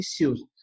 issues